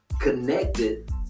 connected